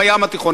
בים התיכון.